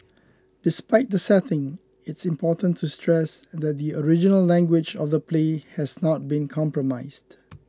despite the setting it's important to stress that the original language of the play has not been compromised